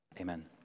Amen